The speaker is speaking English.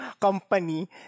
company